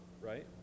right